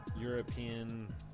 European